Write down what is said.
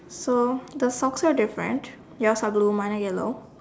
so the socks are different yours are blue mine are yellow